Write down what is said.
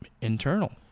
Internal